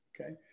okay